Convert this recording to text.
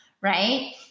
right